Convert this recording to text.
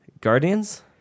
Guardians